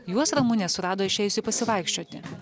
juos ramunė surado išėjusi pasivaikščioti